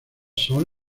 son